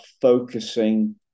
focusing